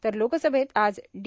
तर लोकसभेत आज डी